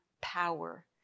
power